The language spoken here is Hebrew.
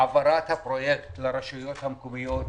העברת הפרויקט לרשויות המקומיות,